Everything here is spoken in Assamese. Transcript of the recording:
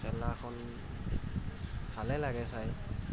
খেলাখন ভালেই লাগে চাই